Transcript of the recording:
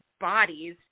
bodies